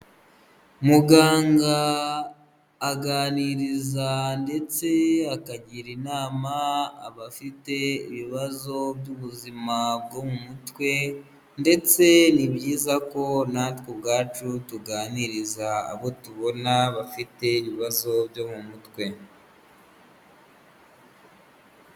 Muganga aganiriza ndetse akagira inama abafite ibibazo by'ubuzima bwo mu mutwe ndetse ni byiza ko natwe ubwacu tuganiriza abo tubona bafite ibibazo byo mu mutwe.